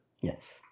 Yes